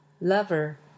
Lover